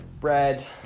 Bread